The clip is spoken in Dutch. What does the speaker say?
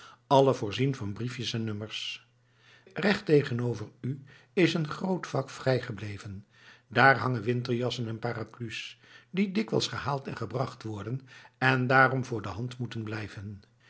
alle voorzien van briefjes en nummers recht tegenover u is een groot vak vrijgebleven daar hangen winterjassen en parapluies die dikwijls gehaald en gebracht worden en daarom voor de hand moeten blijven